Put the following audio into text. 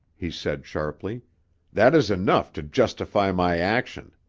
he said sharply that is enough to justify my action.